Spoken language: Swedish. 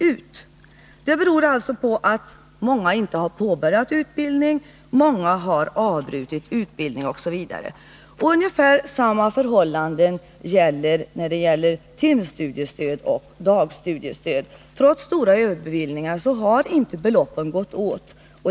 Detta beror på att många inte har påbörjat sin utbildning, många har avbrutit sin utbildning osv. Ungefär samma förhållande gäller för timstudiestöd och dagstudiestöd: trots stora överbevillningar har inte medlen gått åt.